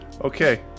Okay